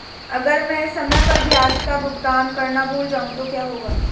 अगर मैं समय पर ब्याज का भुगतान करना भूल जाऊं तो क्या होगा?